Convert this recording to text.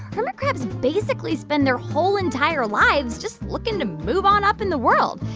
hermit crabs basically spend their whole entire lives just looking to move on up in the world.